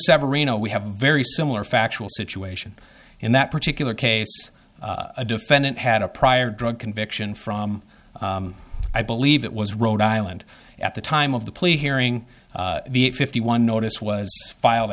severino we have a very similar factual situation in that particular case a defendant had a prior drug conviction from i believe it was rhode island at the time of the plea hearing the fifty one notice was